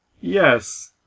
yes